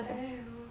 !aiyo!